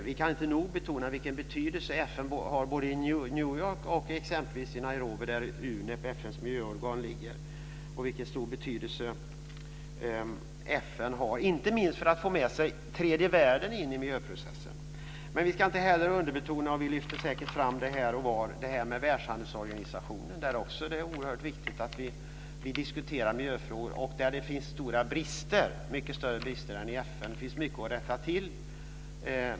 Vi kan inte nog betona vilken betydelse FN har både i New York och exempelvis i Nairobi där UNEP, FN:s miljöorgan, ligger. FN har stor betydelse inte minst för att få med tredje världen in i miljöprocessen. Vi ska inte heller underbetona - och vi lyfter säkert fram det här och var - Världshandelsorganisationen, där det är oerhört viktigt att vi diskuterar miljöfrågor. Det finns stora brister där, mycket större brister än i FN, och det finns mycket att rätta till.